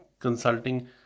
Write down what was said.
consulting